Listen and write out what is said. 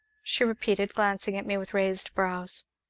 she repeated, glancing at me with raised brows.